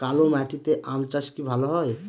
কালো মাটিতে আম চাষ কি ভালো হয়?